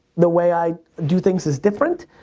the way i do things is different.